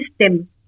system